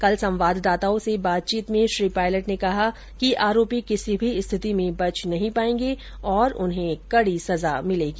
कल संवाददाताओं से बातचीत में श्री पायलट ने कहा कि आरोपी किसी भी स्थिति में बच नहीं पायेंगे और उन्हें कड़ी सजा मिलेगी